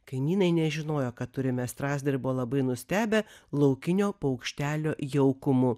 kaimynai nežinojo kad turime strazdą ir buvo labai nustebę laukinio paukštelio jaukumu